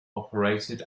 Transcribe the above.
operated